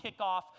kickoff